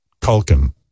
Culkin